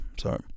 sorry